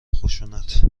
خشونت